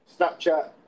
Snapchat